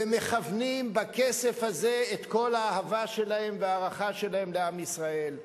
ומכוונים בכסף הזה את כל האהבה שלהם וההערכה שלהם לעם ישראל.